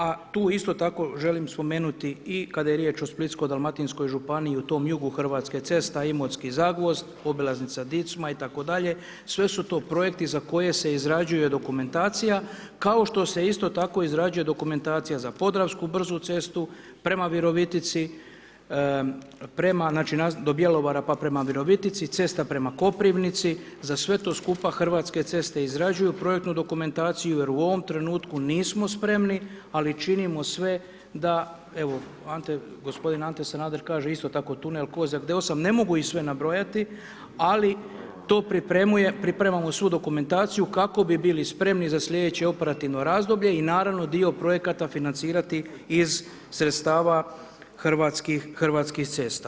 A tu isto tako želim spomenuti i kada je riječ o Splitsko-dalmatinskoj županiji, u tom jugu hrvatske, cesta Imotski – Zagvozd, obilaznica Dicma itd., sve su to projekti za koje se izrađuje dokumentacija, kao što se isto tako izrađuje dokumentacija za Podravsku brzu cestu, prema Virovitici, prema, znači, do Bjelovara pa prema Virovitici, cesta prema Koprivnici, za sve to skupa, Hrvatske ceste izrađuju projektnu dokumentaciju jer u ovom trenutku nismo spremni, ali činimo sve da, evo, Ante, gospodin Ante Sanader kaže isto tako tunel Kozjak, ne mogu ih sve nabrojati, ali to pripremamo svu dokumentaciju kako bi bili spremni za slijedeće operativno razdoblje i naravno, dio projekata financirati iz sredstava Hrvatskih cesta.